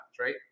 right